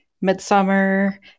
Midsummer